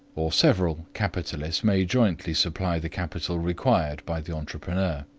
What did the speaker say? or several capitalists may jointly supply the capital required by the entrepreneur.